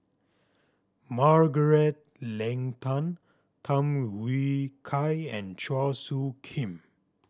Margaret Leng Tan Tham Yui Kai and Chua Soo Khim